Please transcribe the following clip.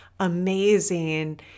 amazing